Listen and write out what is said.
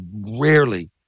rarely